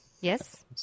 Yes